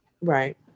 Right